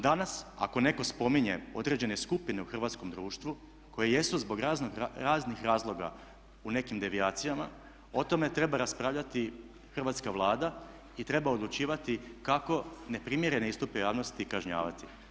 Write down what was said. Danas ako netko spominje određene skupine u hrvatskom društvu koje jesu zbog raznih razloga u nekim devijacijama o tome treba raspravljati hrvatska Vlada i treba odlučivati kako neprimjerene istupe javnosti kažnjavati.